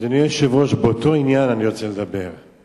אדוני היושב-ראש, אני רוצה לדבר באותו עניין.